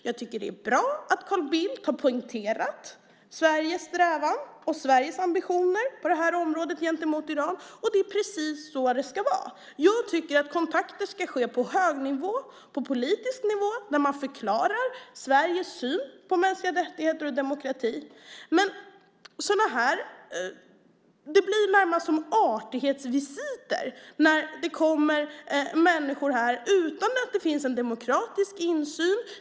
Jag tycker att det är bra att Carl Bildt har poängterat Sveriges strävan och Sveriges ambitioner på det här området gentemot Iran. Det är precis så det ska vara. Jag tycker att kontakter ska ske på hög nivå, på politisk nivå, där man förklarar Sveriges syn på mänskliga rättigheter och demokrati. Det blir närmast artighetsvisiter när det kommer människor hit från en antidemokratisk stat utan att det finns en demokratisk insyn.